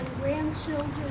grandchildren